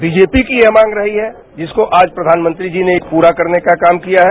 BJP की यह मांग रही है जिसको प्रधानमंत्री जी ने आज प्ररा करने का काम किया है